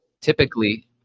Typically